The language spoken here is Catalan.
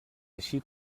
així